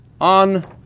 on